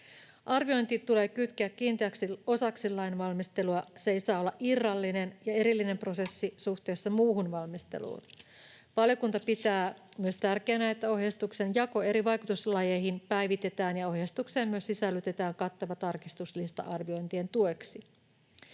Arviointi tulee kytkeä kiinteäksi osaksi lainvalmistelua, se ei saa olla irrallinen ja erillinen prosessi suhteessa muuhun valmisteluun. Valiokunta pitää myös tärkeänä, että ohjeistuksen jako eri vaikutuslajeihin päivitetään ja ohjeistukseen myös sisällytetään kattava tarkistuslista arviointien tueksi.